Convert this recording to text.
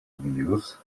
views